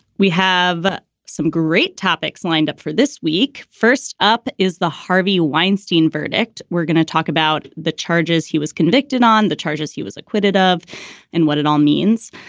we have some great topics lined up for this week. first up is the harvey weinstein verdict. we're gonna talk about the charges. he was convicted on, the charges he was acquitted of and what it all means.